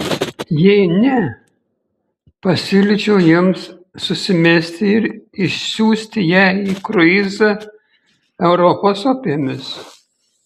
jei ne pasiūlyčiau jiems susimesti ir išsiųsti ją į kruizą europos upėmis